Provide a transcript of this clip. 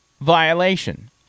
violation